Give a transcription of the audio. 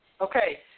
Okay